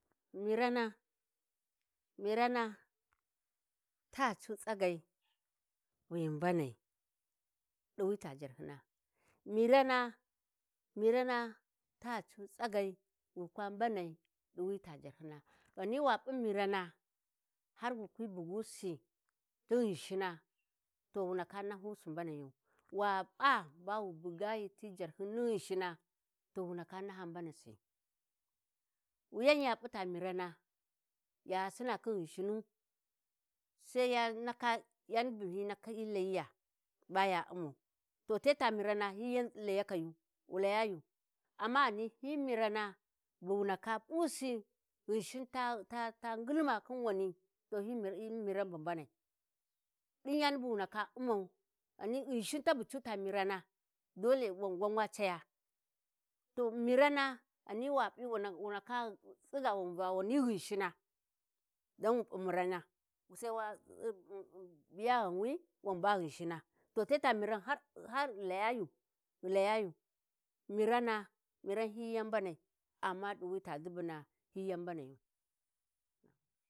﻿Mirana, mirana ta cu tsagai wi mbanai, ɗu wita jarhyina, mirana, mirana ta cu tsagai wi kwa mbanai ɗi wi ta Jarhyina. Ghani wa p'u mirana har wu kwi bugu-Si ti Ghinshina to wu ndak nahusi mbanayu, wa p'a ba wu bugayi ti jarhayin ni Ghinshina to wu ndaka naha mbanasi. Wuyan ya p'u ta mirana ya Sinna khin Ghinshinu, Sai ya naka yani bu hyi naka hyi Layiya ba ya ummau To te ta mirana hyi yan Laya Kayu, wu Layayu. Amma ghani hyi mirana bu wu ndaka, pʉ si Ghinshin "ta ta" ta ghulma khin wani to hyi hyi miran bu mbanai. Ɗin yani bu wu ndaka ummau, ghani Ghinshin ta bu cu ta mirana dole wan gwan wa caya to mirana ghani pi'wu wu ndaka tsiga wan va wani Ghinshina don wu pi mirana sai wa "umum" biya ghanwi wan ba Ghinshin. To te ta miran har ghi Layayin ghi Layayu mirana miran hyi yan mbanai, amma ɗi wi ta ʒibuna hyi yan mbanayu.